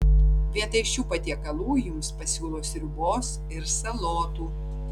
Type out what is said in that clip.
vietoj šių patiekalų jums pasiūlo sriubos ir salotų